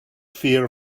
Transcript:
fear